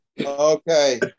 Okay